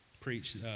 preached